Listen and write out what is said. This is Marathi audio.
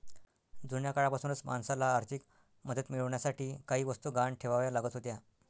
जुन्या काळापासूनच माणसाला आर्थिक मदत मिळवण्यासाठी काही वस्तू गहाण ठेवाव्या लागत होत्या